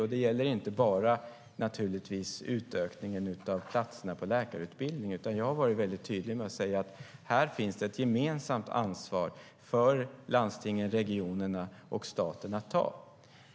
Det gäller inte bara utökningen av platserna på läkarutbildningen, utan jag har också varit tydlig med att säga att här finns ett gemensamt ansvar för landstingen, regionerna och staten att ta.